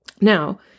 Now